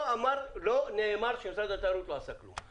לא נאמר שמשרד התיירות לא עשה כלום.